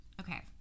Okay